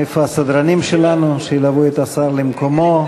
איפה הסדרנים שלנו, שילוו את השר למקומו?